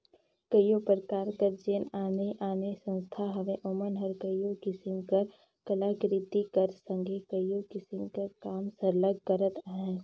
कइयो परकार कर जेन आने आने संस्था हवें ओमन हर कइयो किसिम कर कलाकृति कर संघे कइयो किसिम कर काम सरलग करत अहें